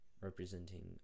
representing